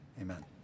Amen